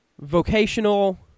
vocational